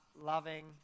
loving